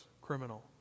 criminal